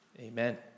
Amen